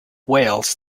wales